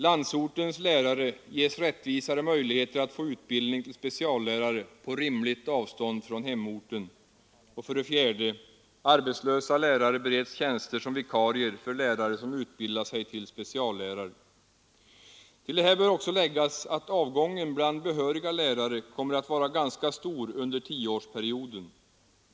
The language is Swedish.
Landsortens lärare ges rättvisare möjligheter att få utbildning till speciallärare på rimligt avstånd från hemorten. Till detta bör också läggas att avgången bland behöriga lärare kommer att vara ganska stor under tioårsperioden.